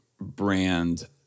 brand